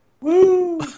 Woo